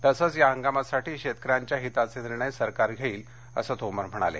तसंच या हंगामासाठी शेतकऱ्यांच्या हिताचे निर्णय सरकार घेईल असं तोमर यावेळी म्हणाले